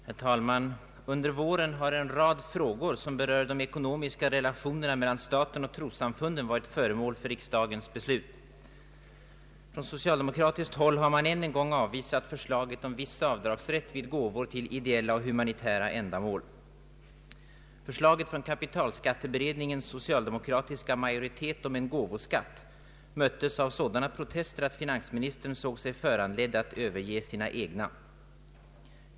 Herr talman! Under våren har en rad frågor som berör de ekonomiska relationerna mellan staten och trossamfunden varit föremål för riksdagens beslut. Från socialdemokratiskt håll har man än en gång avvisat förslaget om viss avdragsrätt vid gåvor till ideella och humanitära ändamål. Förslaget från kapitalskatteberedningens socialdemokratiska majoritet om en gåvoskatt möttes av sådana protester att finansministern såg sig föranledd att överge sina egna.